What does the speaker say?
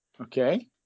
Okay